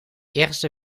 eerste